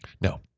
No